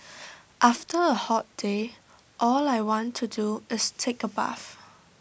after A hot day all I want to do is take A bath